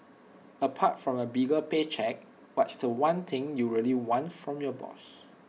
apart from A bigger pay cheque what's The One thing you really want from your boss